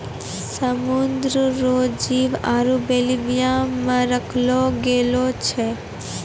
समुद्र रो जीव आरु बेल्विया मे रखलो गेलो छै